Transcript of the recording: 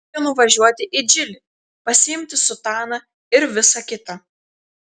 reikia nuvažiuoti į džilį pasiimti sutaną ir visa kita